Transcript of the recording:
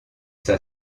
ça